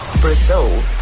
Brazil